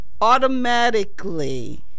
automatically